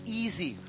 easy